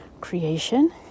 creation